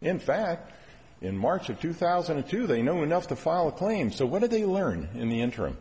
in fact in march of two thousand and two they know enough to file a claim so what did they learn in the interim